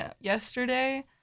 yesterday